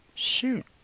Shoot